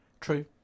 True